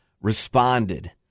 responded